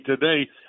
today